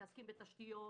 מתעסקים בתשתיות,